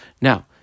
Now